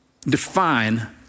define